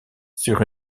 sur